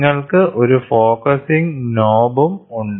നിങ്ങൾക്ക് ഒരു ഫോക്കസിംഗ് നോബും ഉണ്ട്